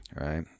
right